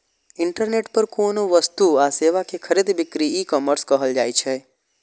internet पर कोनो वस्तु आ सेवा के खरीद बिक्री ईकॉमर्स कहल जाइ छै